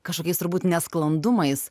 kažkokiais turbūt nesklandumais